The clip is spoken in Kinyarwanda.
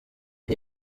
ibi